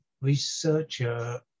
researcher